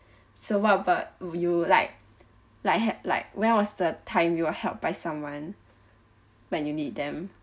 so what about you like like had like when was the time you are helped by someone when you need them